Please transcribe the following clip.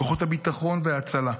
כוחות הביטחון וההצלה,